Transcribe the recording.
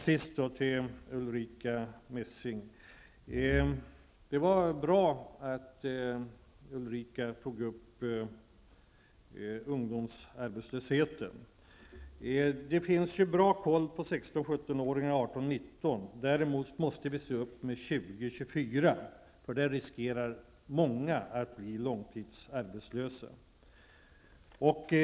Det var bra att Ulrica Messing tog upp ungdomsarbetslösheten. Vi har bra kontroll på ungdomarna i åldern 16--19 år. Däremot måste vi se upp med åldersgruppen 20--24. I den gruppen riskerar många att bli långtidsarbetslösa.